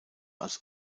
als